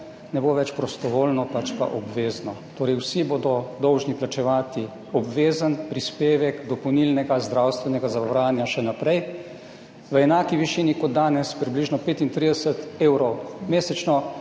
ne bo več prostovoljno pač pa obvezno, torej vsi bodo dolžni plačevati obvezen prispevek dopolnilnega zdravstvenega zavarovanja še naprej v enaki višini kot danes, približno 35 evrov mesečno